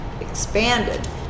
expanded